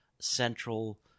central